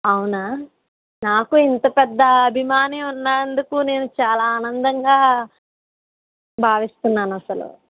అవునా నాకు ఇంత పెద్ద అభిమాని ఉన్నందుకు నేను చాలా ఆనందంగా భావిస్తున్నాను అసలు